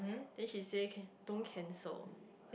then she say can don't cancel